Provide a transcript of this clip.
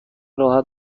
راحت